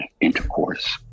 intercourse